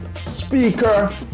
speaker